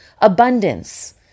abundance